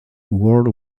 world